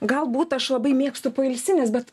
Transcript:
galbūt aš labai mėgstu poilsines bet